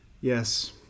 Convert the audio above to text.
Yes